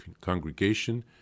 congregation